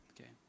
Okay